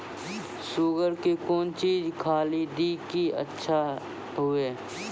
Sugar के कौन चीज खाली दी कि अच्छा हुए?